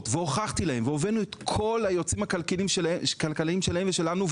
והבאנו את כל היועצים הכלכליים שלהם ושלנו,